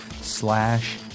slash